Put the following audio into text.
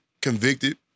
convicted